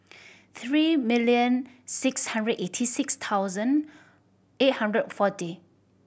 three million six hundred eighty six thousand eight hundred forty